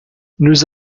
nous